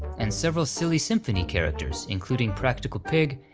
and several silly symphony characters, including practical pig,